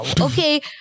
Okay